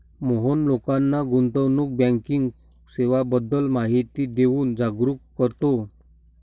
मोहन लोकांना गुंतवणूक बँकिंग सेवांबद्दल माहिती देऊन जागरुक करतो